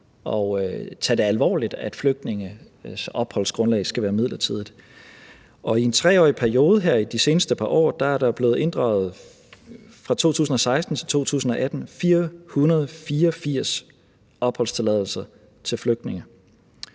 at tage det alvorligt, at flygtninges opholdsgrundlag skal være midlertidigt, og i en 3-årig periode her de seneste par år, fra 2016 til 2018, er der blevet inddraget 484 opholdstilladelser til flygtninge,